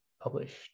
published